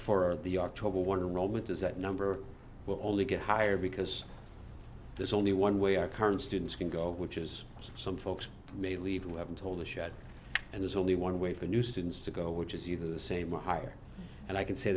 for the october one roman does that number will only get higher because there's only one way our current students can go which is some folks may leave who haven't told the shot and there's only one way for new students to go which is either the same or higher and i can say